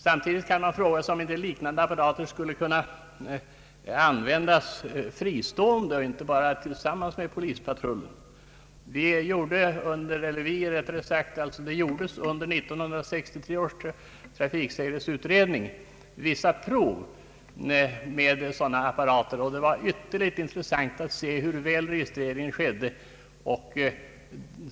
Samtidigt kan man fråga sig om inte liknande apparater skulle kunna användas fristående och inte bara tillsammans med polispatrullen. Under 1963 års trafiksäkerhetsutredning gjordes vissa prov med sådana apparater och det var ytterligt intressant att se hur bra registreringen verkställdes.